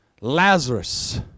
Lazarus